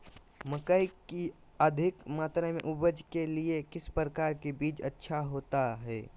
मकई की अधिक मात्रा में उपज के लिए किस प्रकार की बीज अच्छा होता है?